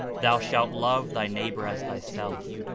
thou shalt love thy neighbor as thyself.